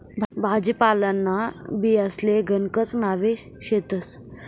भाजीपालांना बियांसले गणकच नावे शेतस